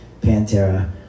Pantera